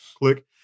click